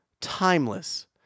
timeless